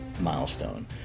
milestone